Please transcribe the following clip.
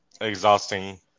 exhausting